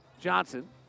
Johnson